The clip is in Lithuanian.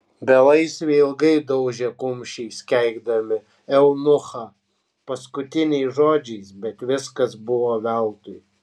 belaisviai ilgai daužė kumščiais keikdami eunuchą paskutiniais žodžiais bet viskas buvo veltui